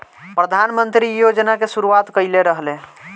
प्रधानमंत्री इ योजना के शुरुआत कईले रलें